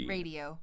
Radio